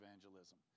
evangelism